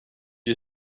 you